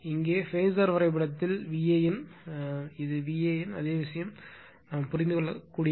இங்கே கூட ஃபாசர் வரைபடத்தில் Van உண்மையில் இது VAN அதே விஷயம் புரிந்துகொள்ளக்கூடியது